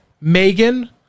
Megan